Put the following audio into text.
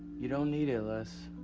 you don't need it, les.